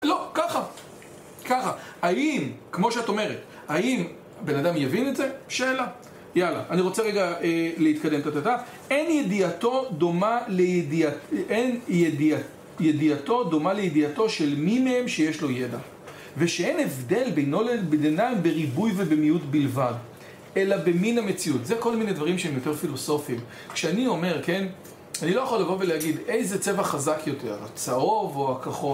לא, ככה ככה. האם, כמו שאת אומרת. האם, הבן אדם יבין את זה? שאלה. יאללה, אני רוצה רגע להתקדם. תה תה תה אין ידיעתו דומה לידיעת... אין ידיעתו דומה לידיעתו של מי מהם שיש לו ידע. ושאין הבדל בינו לבינם בריבוי ובמיעוט בלבד אלא במין המציאות. זה כל מיני דברים שהם יותר פילוסופיים. כשאני אומר, כן? אני לא יכול לבוא ולהגיד: איזה צבע חזק יותר הצהוב או הכחול?